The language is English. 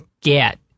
get